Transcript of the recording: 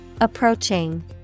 Approaching